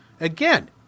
Again